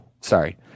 sorry